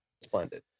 splendid